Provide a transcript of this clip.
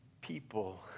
people